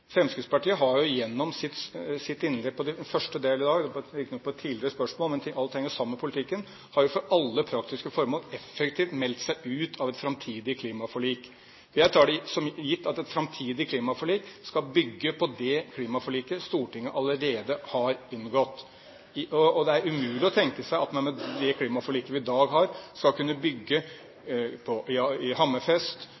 Fremskrittspartiet har gjennom sitt innlegg før i dag – riktignok et tidligere spørsmål, men alt henger sammen i politikken – for alle praktiske formål effektivt meldt seg ut av et framtidig klimaforlik. Jeg tar det for gitt at et framtidig klimaforlik skal bygge på det klimaforliket Stortinget allerede har inngått. Det er umulig å tenke seg at man med det klimaforliket vi i dag har, skal kunne